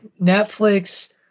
Netflix